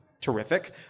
Terrific